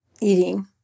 eating